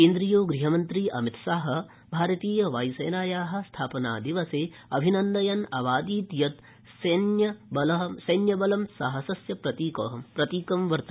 केन्द्रीयो गृहमन्त्री अमित शाह भारतीय वाय्सेनाया स्थापनादिवसे अभिनन्दयन् अवादीत् यत् सैन्यबलम् साहसस्य प्रतीकम् अस्ति